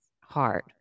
hard